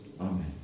amen